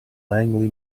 langley